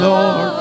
Lord